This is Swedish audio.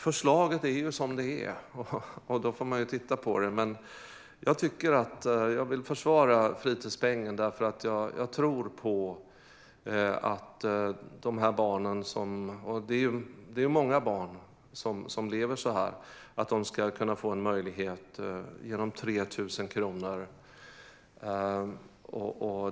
Förslaget är ju som det är, och då får man titta på det. Men jag vill försvara fritidspengen därför att jag tror att de barn som lever så här - och de är många - kan få möjligheter genom 3 000 kronor.